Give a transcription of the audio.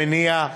המניעה,